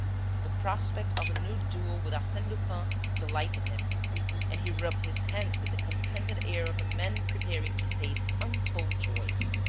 the prospect of a new duel with arsene lupin delighted him and he rubbed his hands with the contented air of a man preparing to taste untold joys.